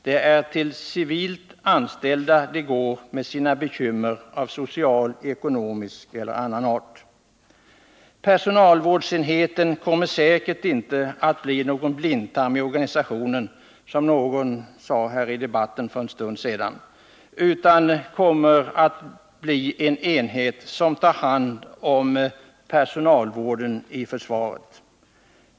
Det är till civilt anställda de går med sina bekymmer av social, ekonomisk eller annan art. Personalvårdsenheten kommer säkert inte att bli någon blindtarm i organisationen, som någon sade här i kammaren för en stund sedan, utan en enhet som tar hand om personalvården i försvaret.